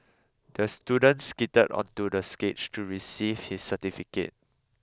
the student skated onto the stage to receive his certificate